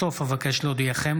התשפ"ה 2025,